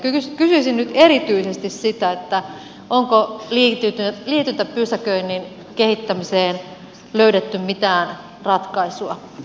kysyisin nyt erityisesti sitä onko liityntäpysäköinnin kehittämiseen löydetty mitään ratkaisua